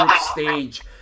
stage